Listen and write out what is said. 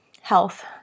health